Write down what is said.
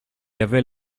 avait